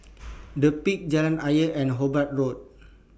The Peak Jalan Ayer and Hobart Road